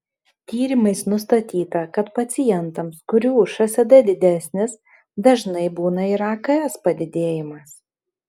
tyrimais nustatyta kad pacientams kurių šsd didesnis dažnai būna ir aks padidėjimas